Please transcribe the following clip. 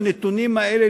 בנתונים האלה,